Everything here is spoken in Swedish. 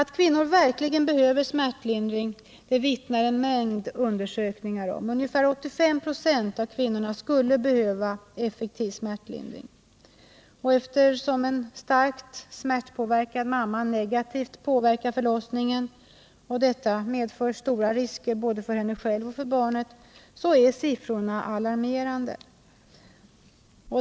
Att kvinnor verkligen behöver smärtlindring vittnar en mängd undersökningar om. Ungefär 85 26 av kvinnorna skulle behöva effektiv smärtlindring. Eftersom en starkt smärtpåverkad mamma negativt påverkar förlossningen och detta medför stora risker för både henne och barnet, är siffrorna alarmerande.